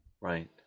Right